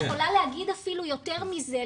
אני יכולה להגיד אפילו יותר מזה.